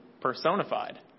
personified